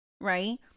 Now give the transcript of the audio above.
right